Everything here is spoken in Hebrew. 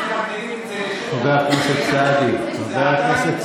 מגדילים את זה, חבר הכנסת סעדי, חבר הכנסת סעדי,